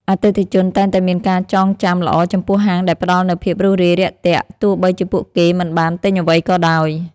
អតិថិជនតែងតែមានការចងចាំល្អចំពោះហាងដែលផ្តល់នូវភាពរួសរាយរាក់ទាក់ទោះបីជាពួកគេមិនបានទិញអ្វីក៏ដោយ។